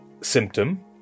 symptom